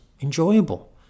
enjoyable